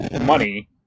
money